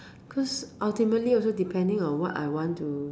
cause ultimately also depending on what I want to